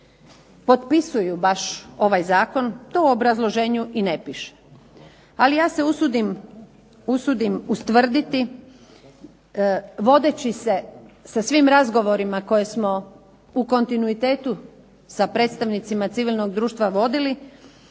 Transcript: potpisuju baš ovaj zakon. To u obrazloženju i ne piše. Ali ja se usudim tvrditi vodeći se sa svim razgovorima koje smo u kontinuitetu sa predstavnicima civilnog društva vodili,